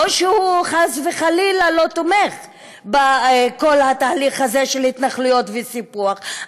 לא שהוא חס וחלילה לא תומך בכל התהליך הזה של התנחלויות וסיפוח,